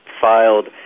filed